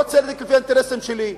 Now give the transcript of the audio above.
לא צדק לפי האינטרסים שלי,